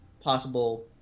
possible